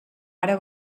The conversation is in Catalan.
ara